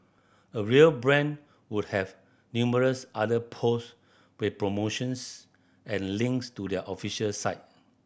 a real brand would have numerous other posts with promotions and links to their official site